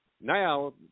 Now